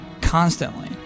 Constantly